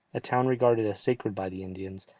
a town regarded as sacred by the indians,